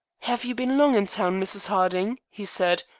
have you been long in town, mrs. harding? he said,